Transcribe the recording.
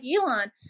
Elon